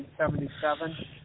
1977